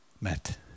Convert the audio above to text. met